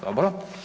Dobro.